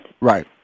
Right